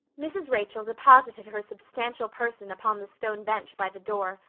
mrs. rachel deposited her substantial person upon the stone bench by the door,